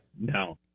No